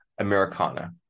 Americana